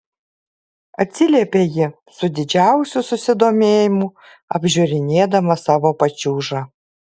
atsiliepė ji su didžiausiu susidomėjimu apžiūrinėdama savo pačiūžą